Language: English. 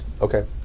okay